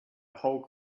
whole